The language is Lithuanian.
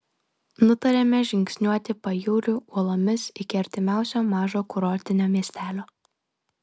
nutarėme žingsniuoti pajūriu uolomis iki artimiausio mažo kurortinio miestelio